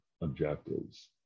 objectives